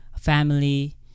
family